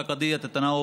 בבקשה.